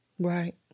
Right